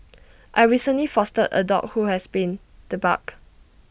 I recently fostered A dog who had been debarked